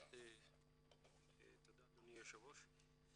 תודה אדוני היושב ראש.